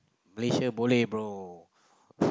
malaysia boleh bro